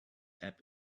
app